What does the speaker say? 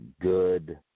good